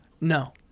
No